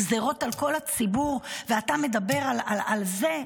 גזרות על כל הציבור ואתה מדבר על זה?